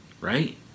right